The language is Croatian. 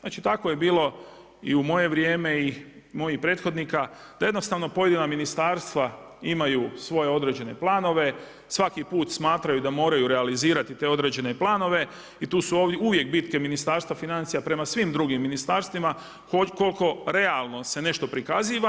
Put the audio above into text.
Znači tako je bilo i u moje vrijeme i mojih prethodnika, da jednostavno pojedina ministarstva imaju svoje određene planove, svaki put smatraju da moraju realizirati te određene planove i tu su uvijek bitke Ministarstva financija prema svim drugim ministarstvima koliko realno se nešto prikaziva.